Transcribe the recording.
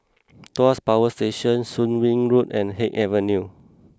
Tuas Power Station Soon Wing Road and Haig Avenue